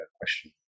question